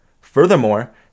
Furthermore